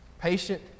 patient